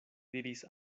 diris